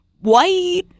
white